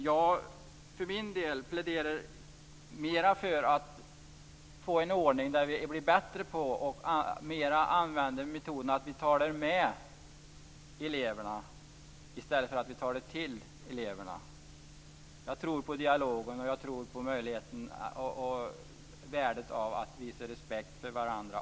Jag för min del pläderar mera för att få en ordning där vi blir bättre på och använder metoden att tala med eleverna i stället för att tala till eleverna. Jag tror på dialog och på möjligheten och värdet av att visa repsekt för varandra.